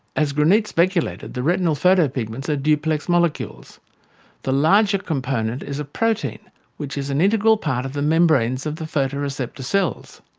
as granit speculated, the retinal photopigments are duplex molecules the larger component is a protein which is an integral part of the membranes of the photoreceptor cells.